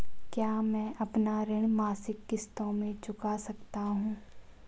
क्या मैं अपना ऋण मासिक किश्तों में चुका सकता हूँ?